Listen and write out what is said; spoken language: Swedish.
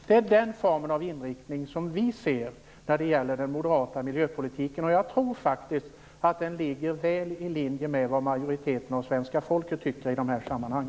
Det är den formen av inriktning som vi ser i den moderata miljöpolitiken, och jag tror faktiskt att den ligger väl i linje med vad majoriteten av svenska folket tycker i dessa sammanhang.